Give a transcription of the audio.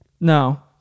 No